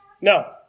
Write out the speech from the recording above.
No